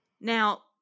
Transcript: Now